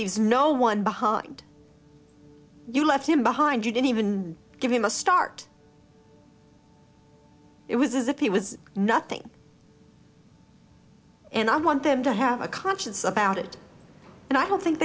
leaves no one behind you left him behind you didn't even give him a start it was as if he was nothing and i want them to have a conscience about it and i don't think